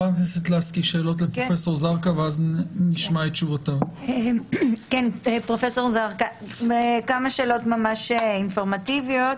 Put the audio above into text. פרופסור זרקא, כמה שאלות ממש אינפורמטיביות.